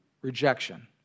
Rejection